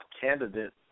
candidate